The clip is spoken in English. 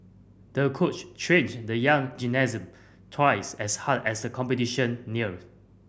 the coach trained the young gymnast twice as hard as the competition neared